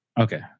Okay